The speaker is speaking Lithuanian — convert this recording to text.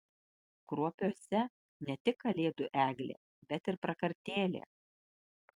kruopiuose ne tik kalėdų eglė bet ir prakartėlė